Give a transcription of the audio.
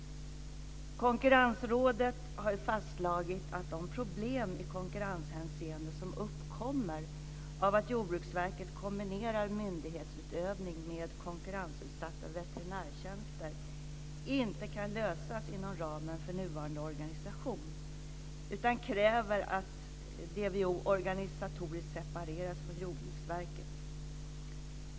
Konkurrensrådet har fastslagit att de problem i konkurrenshänseende som uppkommer av att Jordbruksverket kombinerar myndighetsutövning med konkurrensutsatta veterinärtjänster inte kan lösas inom ramen för nuvarande organisation. Det kräver att DVO organisatoriskt separeras från Jordbruksverket.